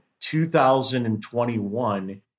2021